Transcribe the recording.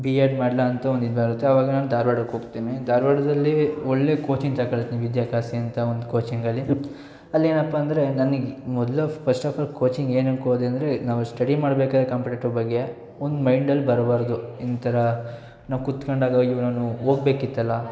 B Ed ಮಾಡಲಾ ಅಂತ ಒಂದು ಇದು ಬರುತ್ತೆ ಅವಾಗ ನಾನು ಧಾರ್ವಾಡಕ್ಕೆ ಹೋಗ್ತೀನಿ ಧಾರ್ವಾಡದಲ್ಲಿ ಒಳ್ಳೆ ಕೋಚಿಂಗ್ ತಗೊಳ್ತೀನಿ ವಿದ್ಯಾ ಕಾಶಿ ಅಂತ ಒಂದು ಕೋಚಿಂಗಲ್ಲಿ ಅಲ್ಲಿ ಏನಪ್ಪಾ ಅಂದರೆ ನನಗೆ ಮೊದ್ಲು of first of all coaching ಏನಕ್ಕೆ ಹೋದೆ ಅಂದರೆ ನಾವು ಸ್ಟಡಿ ಮಾಡಬೇಕಾದ್ರೆ ಕಾಂಪಿಟೇಟಿವ್ ಬಗ್ಗೆ ಒಂದು ಮೈಂಡಲ್ಲಿ ಬರಬಾರ್ದು ಇಂಥೋರ ನಾವು ಕೂತ್ಕೊಂಡಾಗ ಅಯ್ಯೋ ನಾನು ಹೋಗಬೇಕಿತ್ತಲ್ಲ